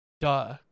duh